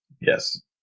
Yes